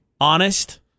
Honest